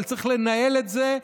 אבל צריך לנהל את זה,